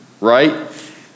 right